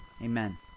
Amen